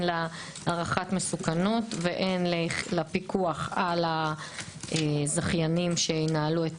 להערכת מסוכנות והן לפיקוח של הזכיינים שינהלו את